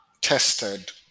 tested